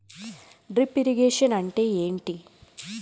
Drip irrigation అంటే ఏమిటి?